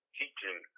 teaching